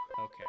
Okay